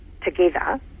together